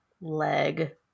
leg